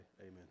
amen